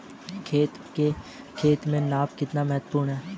खेत में माप कितना महत्वपूर्ण है?